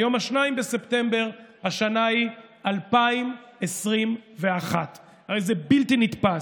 היום 2 בספטמבר, השנה היא 2021. הרי זה בלתי נתפס.